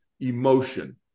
emotion